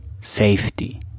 safety